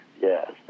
Yes